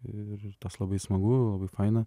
ir tas labai smagu labai faina